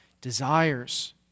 desires